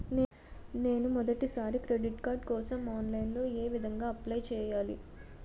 నేను మొదటిసారి credit card కోసం ఆన్లైన్ లో ఏ విధంగా అప్లై చేయాలి?